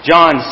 John